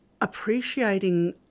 appreciating